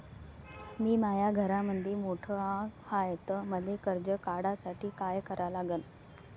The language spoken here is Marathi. मी माया घरामंदी मोठा हाय त मले कर्ज काढासाठी काय करा लागन?